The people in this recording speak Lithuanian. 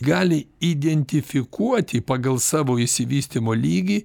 gali identifikuoti pagal savo išsivystymo lygį